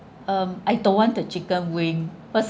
um I don't want to chicken wing cause